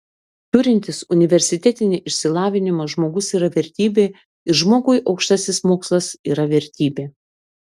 turintis universitetinį išsilavinimą žmogus yra vertybė ir žmogui aukštasis mokslas yra vertybė